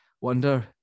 wonder